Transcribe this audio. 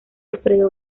alfredo